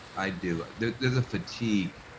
i do. there's a fatigue,